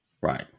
right